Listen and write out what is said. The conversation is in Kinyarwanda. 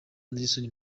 nelson